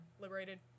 liberated